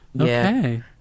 Okay